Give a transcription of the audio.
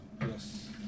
Yes